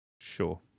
Sure